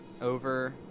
over